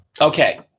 Okay